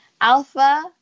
Alpha